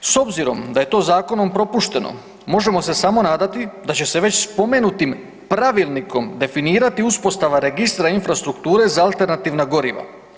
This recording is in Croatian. S obzirom da je to zakonom propušteno možemo se samo nadati da će se već spomenutim pravilnikom definirati uspostava registra infrastrukture za alternativna goriva.